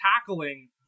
tackling